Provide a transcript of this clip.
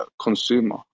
consumer